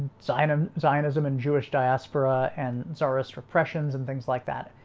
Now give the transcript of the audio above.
zion, um zionism and jewish diaspora and czarist repressions and things like that.